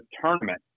tournament